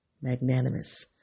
magnanimous